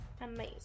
amazing